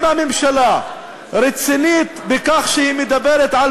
אם הממשלה רצינית בכך שהיא מדברת על